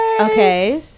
okay